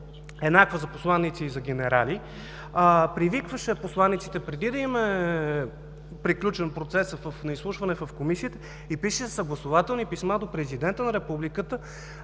еднаква за посланици и за генерали, привикваше посланиците преди да им е приключил процесът на изслушване в Комисията, и пишеше съгласувателни писма до президента на Републиката